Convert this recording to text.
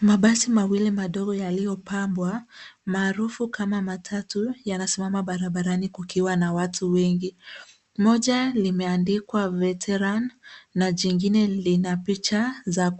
Mabasi mawili madogo yaliyopambwa, maarufu kama matatu yanasimama barabarani kukiwa na watu wengi. Moja limeandikwa Veteran na jingine lina picha za